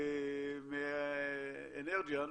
מאנרג'יאן,